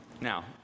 now